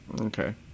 Okay